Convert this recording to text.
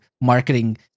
marketing